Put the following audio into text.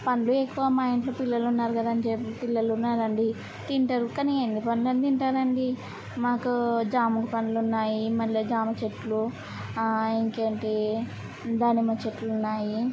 పండ్లు ఎక్కువ మా ఇంట్లో పిల్లలున్నారు కదా అని చెప్పి పిల్లలున్నారండీ తింటారు కానీ ఎన్ని పండ్లని తింటారండీ మాకు జాము పండ్లున్నాయి మల్లి జామ చెట్లు ఇంకేంటియి దానిమ్మ చెట్లున్నాయి